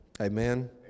Amen